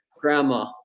grandma